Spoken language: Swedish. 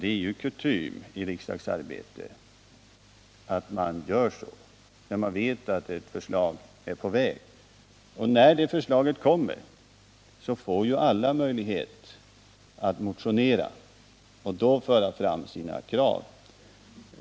Det är ju kutym i riksdagsarbetet att man gör så, när man vet att ett förslag är på väg. När propositionen kommer får alla möjlighet att motionera och föra fram sina krav.